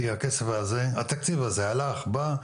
כי התקציב הזה הלך ובא.